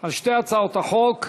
על שתי הצעות החוק.